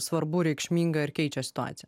svarbu reikšminga ir keičia situaciją